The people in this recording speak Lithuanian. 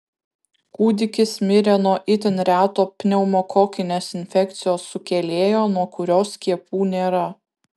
kūdikis mirė nuo itin reto pneumokokinės infekcijos sukėlėjo nuo kurio skiepų nėra